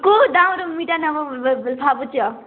କେଉଁ ଦାମ୍ର ମୁଭିଟା ନବ ଭାବୁଛ